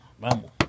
Vamos